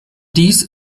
dies